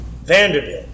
Vanderbilt